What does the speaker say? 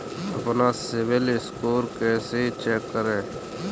अपना CIBIL score कैसे check करें?